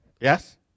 Yes